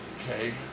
Okay